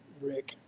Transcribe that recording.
Rick